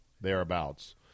thereabouts